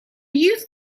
youth